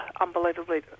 unbelievably